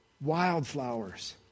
wildflowers